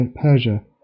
Persia